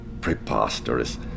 Preposterous